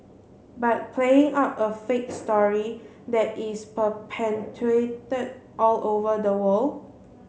but playing up a fake story that is all over the world